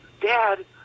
Dad